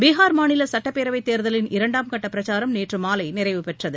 பிகார் மாநில சட்டப்பேரவை தேர்தலின் இரண்டாம் கட்ட பிரச்சாரம் நேற்று மாலை நிறைவு பெற்றது